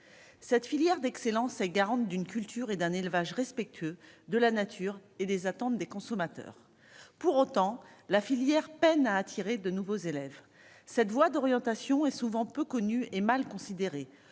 cette filière d'excellence garante d'une culture et d'un élevage respectueux de la nature et des attentes des consommateurs pour autant la filière peinent à attirer de nouveaux élèves cette voie d'orientation est souvent peu connu et mal considérés